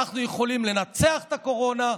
אנחנו יכולים לנצח את הקורונה,